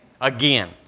again